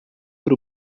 por